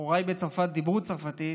הוריי בצרפת דיברו צרפתית,